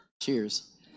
Cheers